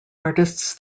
artists